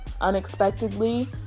unexpectedly